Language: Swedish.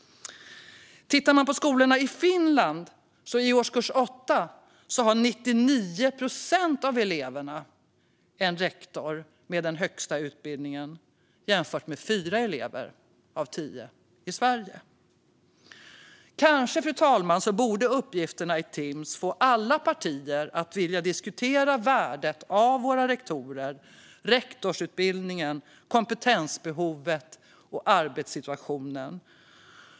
I skolorna i Finland har 99 procent av eleverna i årskurs 8 en rektor med den högsta utbildningen, jämfört med fyra av tio elever i Sverige. Kanske, fru talman, borde uppgifterna i Timss få alla partier att vilja diskutera värdet av våra rektorer, rektorsutbildningen, kompetensbehovet och arbetssituationen.